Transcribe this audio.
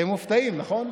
אתם מופתעים, נכון?